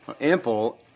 Ample